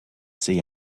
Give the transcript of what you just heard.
see